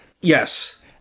Yes